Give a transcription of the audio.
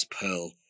Pearl